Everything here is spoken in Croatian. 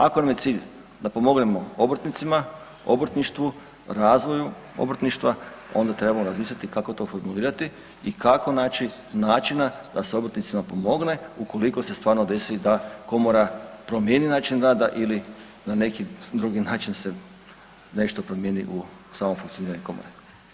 Ako nam je cilj da pomognemo obrtnicima, obrtništvu, razvoju obrtništva onda trebamo razmisliti kako to formulirati i kako naći načina da se obrtnicima pomogne ukoliko se stvarno desi da komora promijeni način rada ili na neki drugi način se nešto promijeni u samom funkcioniranju komore.